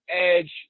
edge